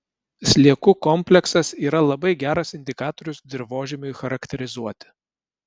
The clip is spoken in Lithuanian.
sliekų kompleksas yra labai geras indikatorius dirvožemiui charakterizuoti